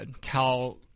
tell